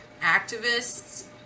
activists